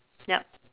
yup